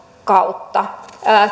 kautta